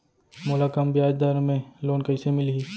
मोला कम ब्याजदर में लोन कइसे मिलही?